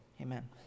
Amen